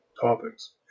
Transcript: topics